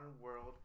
world